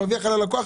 מרוויח על הלקוח,